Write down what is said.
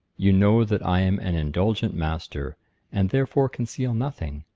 you know that i am an indulgent master and therefore conceal nothing.